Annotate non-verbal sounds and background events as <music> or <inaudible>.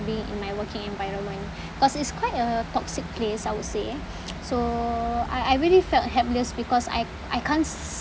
being in my working environment cause it's quite a toxic place I would say <noise> so I I really felt helpless because I I can't